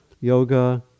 yoga